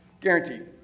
Guaranteed